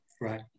Right